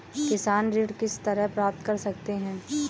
किसान ऋण किस तरह प्राप्त कर सकते हैं?